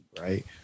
right